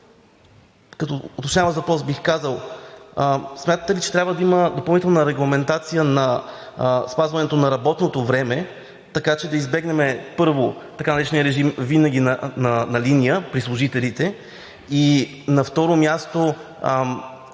като уточняващ въпрос бих казал: смятате ли, че трябва да има допълнителна регламентация на спазването на работното време, така че да избегнем, първо, така наречения режим винаги на линия при служителите и, на второ място,